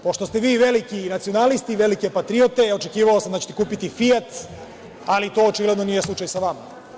Pošto ste vi veliki nacionalisti, velike patriote, očekivao sam da ćete kupiti „Fijat“, ali to očigledno nije slučaj sa vama.